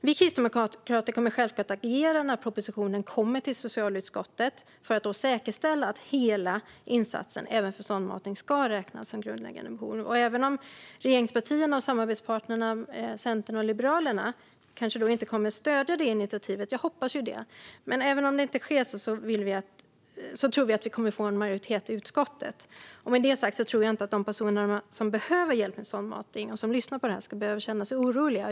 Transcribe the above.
Vi kristdemokrater kommer självfallet att agera när propositionen kommer till socialutskottet för att säkerställa att hela insatsen, även för sondmatning, ska räknas som grundläggande behov. Även om regeringspartierna och samarbetspartierna Centern och Liberalerna inte kommer att stödja initiativet, vilket jag hoppas att de gör, tror vi att vi kommer att få majoritet i utskottet. Med detta sagt tror jag inte att de personer som behöver hjälp med sondmatning, och som lyssnar på det här, ska behöva känna sig oroliga.